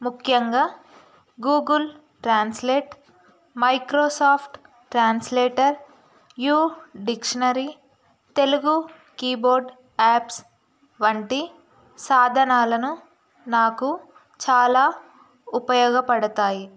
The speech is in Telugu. ముఖ్యంగా Google translate Microsoft translator U dictionary Telugu keyboard apps వంటి సాధనాలను నాకు చాలా ఉపయోగపడతాయి